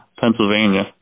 Pennsylvania